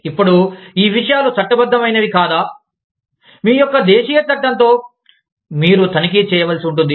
ఇప్పుడు ఈ విషయాలు చట్టబద్ధమైనవి కాదా మీ యొక్క దేశీయ చట్టంతో మీరు తనిఖీ చేయవలసి ఉంటుంది